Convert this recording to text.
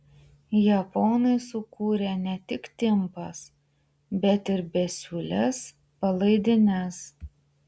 japonai sukūrė ne tik timpas bet ir besiūles palaidines